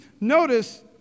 Notice